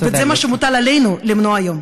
וזה מה שמוטל עלינו למנוע היום.